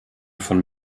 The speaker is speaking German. von